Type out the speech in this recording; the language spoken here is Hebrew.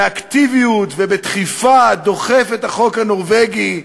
באקטיביות ובדחיפה דוחף את החוק הנורבגי,